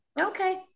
Okay